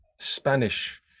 Spanish